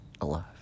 alive